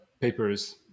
papers